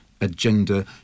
agenda